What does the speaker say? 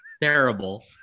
terrible